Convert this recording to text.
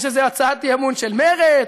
יש איזו הצעת אי-אמון של מרצ,